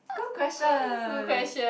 good question